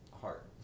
Heart